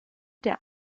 der